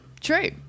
true